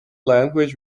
language